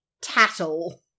tattle